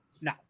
No